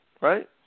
Right